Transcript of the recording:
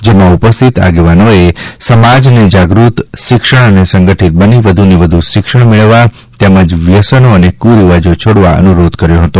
જેમાં ઉપસ્થિત આગેવાનોએ સમાજને જાગૃત શિક્ષણ અને સંગઠિત બની વધુને વધુ શિક્ષણ મેળવવા તેમજ વ્યસનો અને કુરીવાજો છોડવા અનુરોધ કર્યો હતો